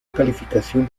calificación